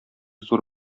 зур